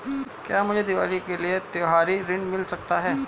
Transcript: क्या मुझे दीवाली के लिए त्यौहारी ऋण मिल सकता है?